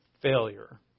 failure